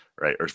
right